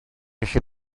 gallu